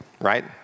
Right